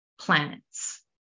planets